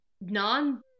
non-